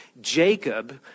Jacob